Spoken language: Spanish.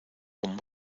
con